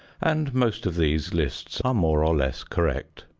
and most of these lists are more or less correct.